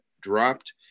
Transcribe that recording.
dropped